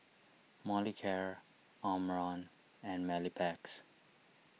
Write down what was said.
Molicare Omron and Mepilex